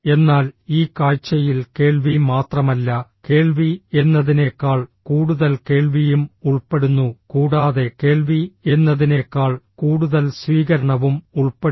എന്നാൽ ഈ കാഴ്ചയിൽ കേൾവി മാത്രമല്ല കേൾവി എന്നതിനേക്കാൾ കൂടുതൽ കേൾവിയും ഉൾപ്പെടുന്നു കൂടാതെ കേൾവി എന്നതിനേക്കാൾ കൂടുതൽ സ്വീകരണവും ഉൾപ്പെടുന്നു